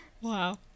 Wow